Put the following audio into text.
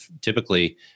typically